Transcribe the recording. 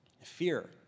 Fear